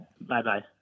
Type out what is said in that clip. Bye-bye